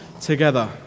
together